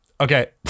okay